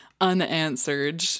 unanswered